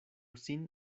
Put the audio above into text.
sin